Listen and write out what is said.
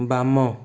ବାମ